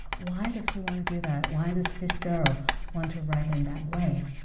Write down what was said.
why does he want to do that? why does fitzgerald want to write in that way?